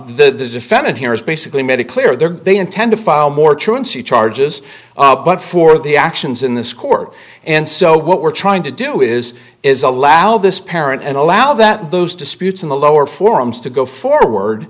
the defendant here has basically made it clear they intend to file more truancy charges but for the actions in this court and so what we're trying to do is is allow this parent and allow that those disputes in the lower forums to go forward